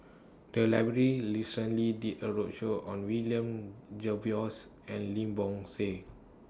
The Library recently did A roadshow on William Jervois and Lim Bo Seng